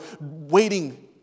waiting